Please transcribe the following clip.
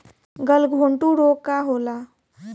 गलघोंटु रोग का होला?